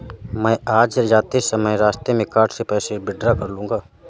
मैं आज जाते समय रास्ते में कार्ड से पैसे विड्रा कर लूंगा